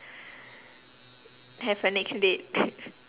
have a next date